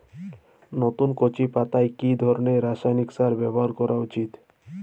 নতুন কচি পাতায় কি ধরণের রাসায়নিক সার ব্যবহার করা উচিৎ?